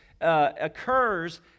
Occurs